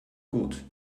gut